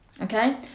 Okay